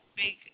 big